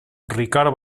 ricard